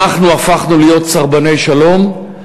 אנחנו הפכנו להיות סרבני שלום,